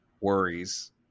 worries